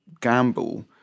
gamble